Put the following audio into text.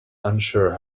unsure